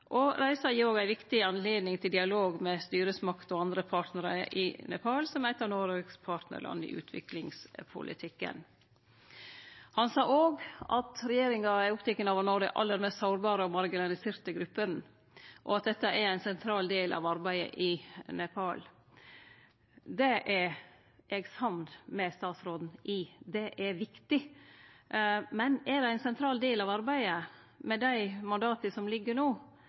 Nepal, som er ett av Norges partnerland i utviklingspolitikken.» Han sa også: «Regjeringen er opptatt av å nå de aller mest sårbare og marginaliserte gruppene. Dette er en sentral del av arbeidet i Nepal.» Det er eg samd med statsråden i. Det er viktig. Men er det ein sentral del av arbeidet med dei mandata som